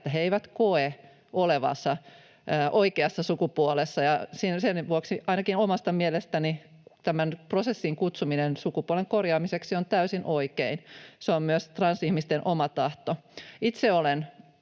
että he eivät koe olevansa oikeassa sukupuolessa, ja sen vuoksi ainakin omasta mielestäni tämän prosessin kutsuminen sukupuolen korjaamiseksi on täysin oikein. Se on myös transihmisten oma tahto. Itse olen